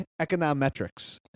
econometrics